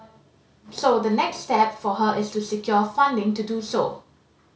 so the next step for her is to secure funding to do so